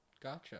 Gotcha